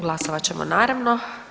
Glasovat ćemo naravno.